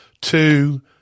two